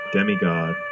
Demigod